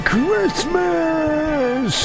Christmas